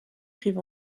crient